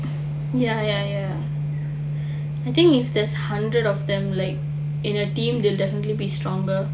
ya ya ya I think if there's hundred of them like in a team they will definitely be stronger